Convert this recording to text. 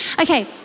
Okay